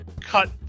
cut